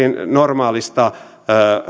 normaalista